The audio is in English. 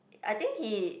I think he